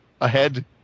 ahead